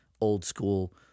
old-school